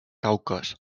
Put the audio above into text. caucas